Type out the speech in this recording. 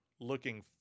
looking